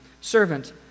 servant